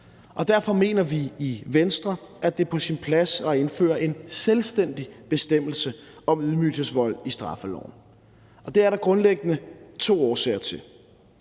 Derfor mener vi i Venstre, at det er på sin plads at indføre en selvstændig bestemmelse om ydmygelsesvold i straffeloven. Det er der grundlæggende to årsager til.